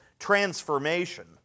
transformation